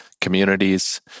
communities